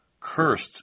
Cursed